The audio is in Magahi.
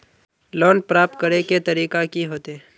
लोन प्राप्त करे के तरीका की होते?